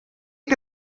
que